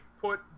put